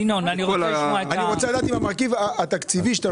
אני רוצה לדעת אם המרכיב התקציבי שאתה